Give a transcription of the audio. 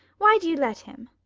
why do you let him?